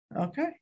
okay